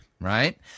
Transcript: Right